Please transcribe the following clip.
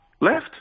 left